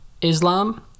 Islam